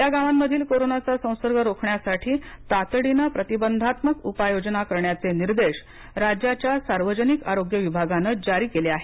या गावांमधील कोरोनाचा संसर्ग रोखण्यासाठी तातडीनं प्रतिबंधात्मक उपाय योजना करण्याचे निर्देश राज्याच्या सार्वजनिक आरोग्य विभागाने जारी करण्यात आले आहेत